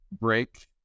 break